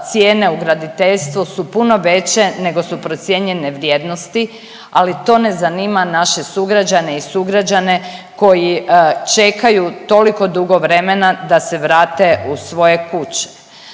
cijene u graditeljstvu su puno veće nego su procijenjene vrijednosti, ali to ne zanima naše sugrađane i sugrađane koji čekaju toliko dugo vremena da se vrate u svoje kuće.